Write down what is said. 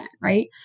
right